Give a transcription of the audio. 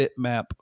bitmap